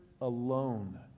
alone